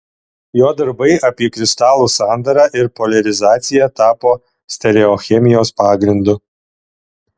jo darbai apie kristalų sandarą ir poliarizaciją tapo stereochemijos pagrindu